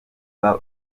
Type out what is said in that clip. baho